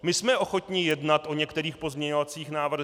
My jsme ochotni jednat o některých pozměňovacích návrzích.